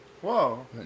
Whoa